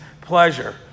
pleasure